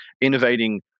innovating